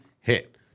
hit